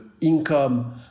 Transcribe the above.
income